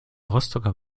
rostocker